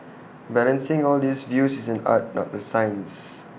balancing all these views is an art not A science